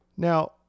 Now